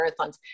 marathons